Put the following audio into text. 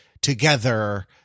together